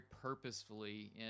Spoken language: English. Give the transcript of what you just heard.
purposefully